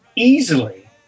Easily